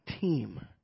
team